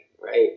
right